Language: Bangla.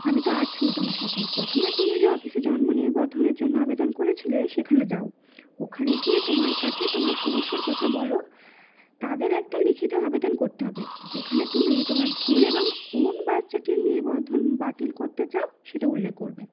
আমি তো আছি তোমার সাথে প্রথমে তুমি যে অফিসে জন্ম নিবন্ধনের জন্য আবেদন করেছিলে সেখানে যাও ওখানে গিয়ে তোমার কাছে তোমার সমস্যার কথা বলো তাদের একটা লিখিত আবেদন করতে হবে যেখানে তুমি তোমার ভুল এবং কোন বাচ্চাটির নিবন্ধন বাতিল করতে চাও সেটা উল্লেখ করবে